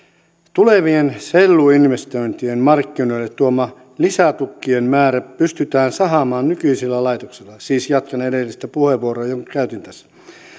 tulevien selluinvestointien markkinoille tuoma lisätukkien määrä pystytään sahaamaan nykyisillä laitoksilla siis jatkan edellistä puheenvuoroani jonka käytin tässä